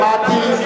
שמעתי,